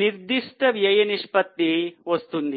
నిర్దిష్ట వ్యయ నిష్పత్తి వస్తుంది